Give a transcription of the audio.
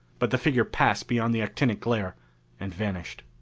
but the figure passed beyond the actinic glare and vanished.